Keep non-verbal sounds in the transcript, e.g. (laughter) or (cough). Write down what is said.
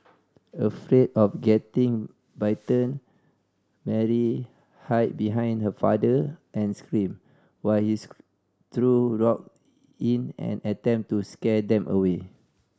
afraid of getting bitten Mary hid behind her father and screamed while he (unintelligible) threw rock in an attempt to scare them away